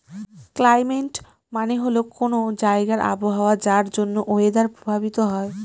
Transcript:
climate মানে হল কোনো জায়গার আবহাওয়া যার জন্য ওয়েদার প্রভাবিত হয়